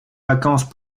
vacances